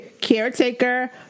caretaker